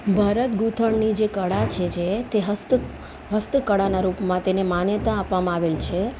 ભરત ગૂંથણની જે કળા છે જે તે તેને હસ્તકળાનાં રૂપમાં માન્યતા આપવામાં આવેલ છે